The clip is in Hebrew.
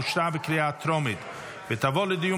אושרה בקריאה הטרומית ותעבור לדיון